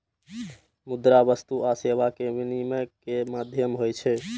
मुद्रा वस्तु आ सेवा के विनिमय के माध्यम होइ छै